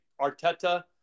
Arteta